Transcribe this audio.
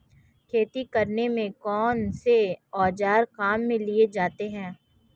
खेती करने में कौनसे औज़ार काम में लिए जाते हैं?